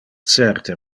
certe